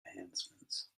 enhancements